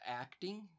acting